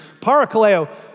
Parakaleo